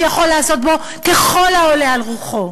שיכול לעשות בו ככל העולה על רוחו.